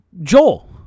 Joel